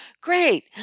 Great